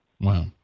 Wow